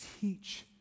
teach